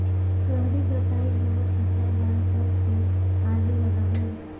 गहरी जोताई हमन कतना बार कर के आलू लगाबो?